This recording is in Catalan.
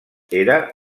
era